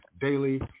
daily